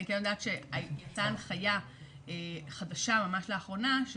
אני כן יודעת שהייתה הנחיה חדשה ממש לאחרונה,